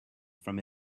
from